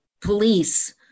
police